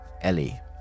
Ellie